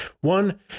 one